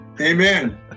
Amen